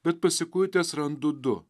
bet pasikuitęs randu du